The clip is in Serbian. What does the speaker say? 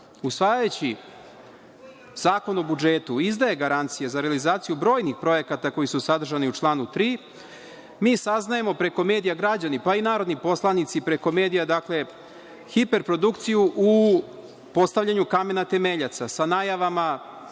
usvajajući Zakon o budžet, izdaje garancije za realizaciju brojnih projekata koji su sadržani u članu 3, mi saznajemo preko medija, građani, pa i narodni poslanici, hiperprodukciju u postavljanju kamena temeljaca, sa najavama